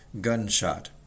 gunshot